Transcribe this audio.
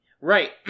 right